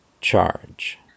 Charge